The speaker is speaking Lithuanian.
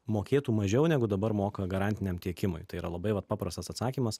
mokėtų mažiau negu dabar moka garantiniam tiekimui tai yra labai vat paprastas atsakymas